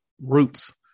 roots